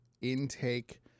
intake